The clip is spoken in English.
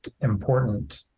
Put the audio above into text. important